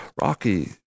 rocky